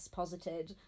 posited